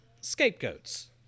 scapegoats